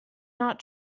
not